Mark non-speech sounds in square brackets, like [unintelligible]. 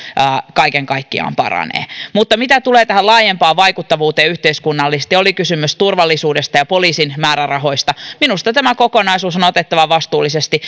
kaiken kaikkiaan paranee mutta mitä tulee tähän laajempaan vaikuttavuuteen yhteiskunnallisesti oli kysymys turvallisuudesta ja poliisin määrärahoista minusta tämä kokonaisuus on on otettava vastuullisesti [unintelligible]